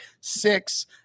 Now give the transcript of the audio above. six